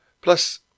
Plus